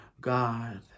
God